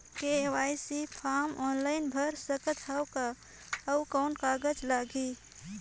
KYC form online भर सकत हवं का? अउ कौन कागज लगही?